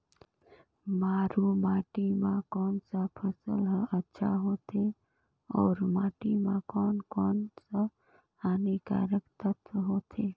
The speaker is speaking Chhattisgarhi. मारू माटी मां कोन सा फसल ह अच्छा होथे अउर माटी म कोन कोन स हानिकारक तत्व होथे?